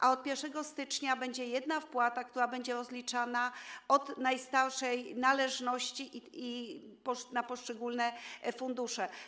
A od 1 stycznia będzie jedna wpłata, która będzie rozliczana od najstarszej należności i na poszczególne fundusze.